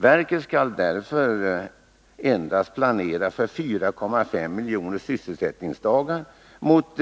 Verket skall därför endast planera för 4,5 miljoner sysselsättningsdagar mot